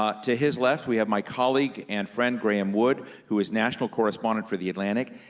ah to his left, we have my colleague and friend graeme wood, who is national correspondent for the atlantic.